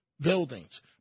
buildings